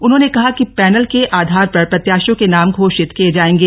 उन्होंने कहा कि पैनल के आधार पर प्रत्याशियों के नाम घोषित किए जाएंगे